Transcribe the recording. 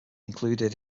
included